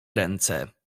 ręce